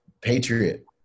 Patriot